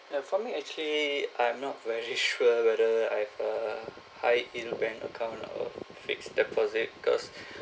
ya for me actually I'm not very sure whether I've err high in bank account or fixed deposit cause